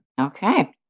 Okay